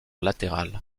latéral